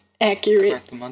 Accurate